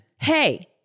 hey